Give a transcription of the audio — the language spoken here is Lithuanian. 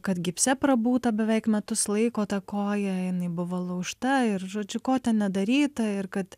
kad gipse prabūta beveik metus laiko ta koja jinai buvo laužta ir žodžiu ko ten nedaryta ir kad